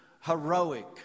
heroic